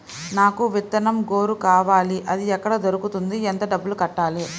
నాకు విత్తనం గొర్రు కావాలి? అది ఎక్కడ దొరుకుతుంది? ఎంత డబ్బులు కట్టాలి?